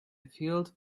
field